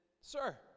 sir